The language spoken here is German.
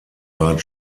bat